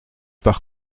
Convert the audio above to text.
par